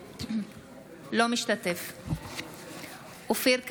אינו משתתף בהצבעה אופיר כץ,